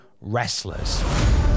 Wrestlers